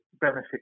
benefit